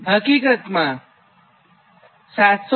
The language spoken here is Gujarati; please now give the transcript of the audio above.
આ હકીકતમાં 787